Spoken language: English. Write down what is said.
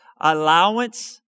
allowance